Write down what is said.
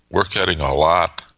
we are cutting a lot,